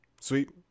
Sweet